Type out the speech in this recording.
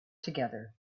together